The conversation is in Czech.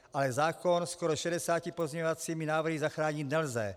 Ale zákon skoro šedesáti pozměňovacími návrhy zachránit nelze.